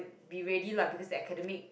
be ready lah because that academic